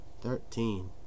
Thirteen